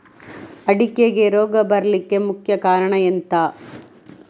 ಅಡಿಕೆಗೆ ರೋಗ ಬರ್ಲಿಕ್ಕೆ ಮುಖ್ಯ ಕಾರಣ ಎಂಥ?